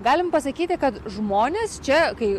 galim pasakyti kad žmonės čia kai